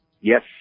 Yes